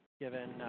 given